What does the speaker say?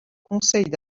conseille